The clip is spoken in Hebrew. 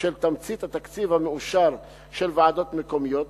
של תמצית התקציב המאושר של ועדות מקומיות,